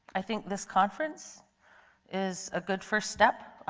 i think this conference is a good first step.